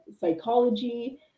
psychology